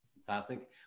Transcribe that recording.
fantastic